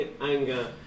anger